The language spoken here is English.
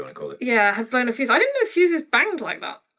wanna call it. yeah, had blown a fuse, i didn't know fuses banged like that.